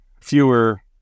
fewer